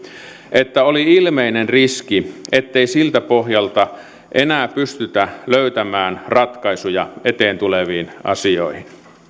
että oli ilmeinen riski ettei siltä pohjalta enää pystytä löytämään ratkaisuja eteen tuleviin asioihin